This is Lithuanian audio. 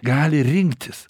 gali rinktis